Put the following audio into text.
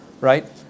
right